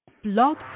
Blog